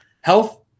health